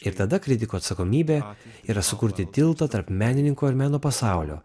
ir tada kritiko atsakomybė yra sukurti tiltą tarp menininko ir meno pasaulio